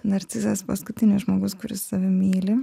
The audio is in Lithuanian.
narcizas paskutinis žmogus kuris tave myli